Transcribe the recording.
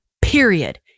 period